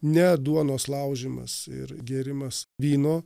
ne duonos laužymas ir gėrimas vyno